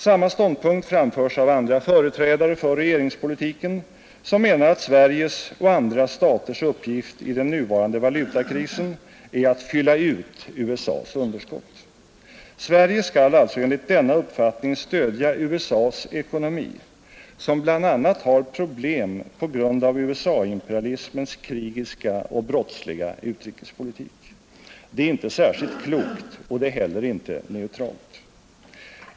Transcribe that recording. Samma ståndpunkt framförs av andra företrädare för regeringspolitiken, som menar att Sveriges och andra staters uppgift i den nuvarande valutakrisen är att fylla ut USA:s underskott. Sverige skall alltså enligt denna uppfattning stödja USA:s ekonomi som bl.a. har problem på grund av USA-imperalismens krigiska och brottsliga utrikespolitik. Det är inte särskilt klokt och det är heller inte neutralt.